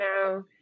now